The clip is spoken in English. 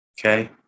Okay